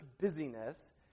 busyness